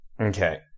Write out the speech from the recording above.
Okay